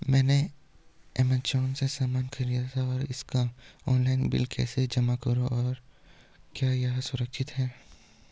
मैंने ऐमज़ान से सामान खरीदा है मैं इसका ऑनलाइन बिल कैसे जमा करूँ क्या यह सुरक्षित है?